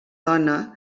dona